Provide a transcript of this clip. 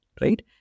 right